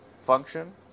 function